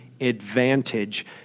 advantage